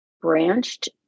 branched